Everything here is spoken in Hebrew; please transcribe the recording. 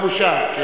לא בושה.